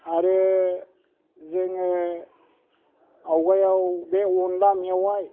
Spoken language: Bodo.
आरो जोङो आवगायाव बे अनला मेवाय